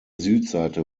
südseite